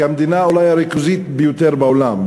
כמדינה אולי הריכוזית ביותר בעולם,